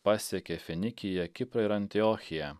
pasiekė finikiją kiprą ir antiochiją